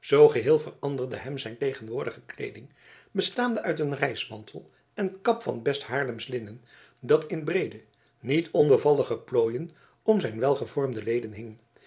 zoo geheel veranderde hem zijn tegenwoordige kleeding bestaande uit een reismantel en kap van best haarlemsch linnen dat in breede niet onbevallige plooien om zijn welgevormde leden hing